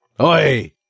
Oi